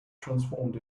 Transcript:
transformed